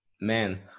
man